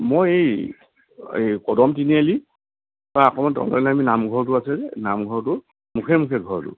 মই এই এই কদম তিনিআলি পৰা অকণমান তললৈ নামি নামঘৰটো আছে যে নামঘৰটোৰ মুখে মুখে ঘৰটো